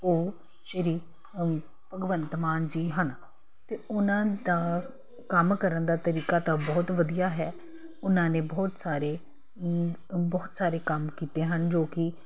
ਉਹ ਸ਼੍ਰੀ ਭਗਵੰਤ ਮਾਨ ਜੀ ਹਨ ਅਤੇ ਉਹਨਾਂ ਦਾ ਕੰਮ ਕਰਨ ਦਾ ਤਰੀਕਾ ਤਾਂ ਬਹੁਤ ਵਧੀਆ ਹੈ ਉਹਨਾਂ ਨੇ ਬਹੁਤ ਸਾਰੇ ਬਹੁਤ ਸਾਰੇ ਕੰਮ ਕੀਤੇ ਹਨ ਜੋ ਕਿ